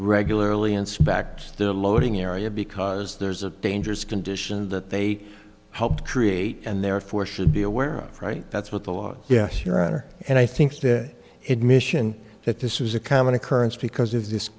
regularly inspect the loading area because there's a dangerous condition that they helped create and therefore should be aware of right that's what the law yes your honor and i think that it mission that this is a common occurrence because of this